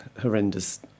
horrendous